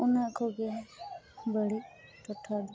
ᱚᱱᱟ ᱠᱚᱜᱮ ᱵᱟᱹᱲᱤᱡ ᱴᱚᱴᱷᱟ ᱫᱚ